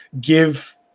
give